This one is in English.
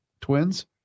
twins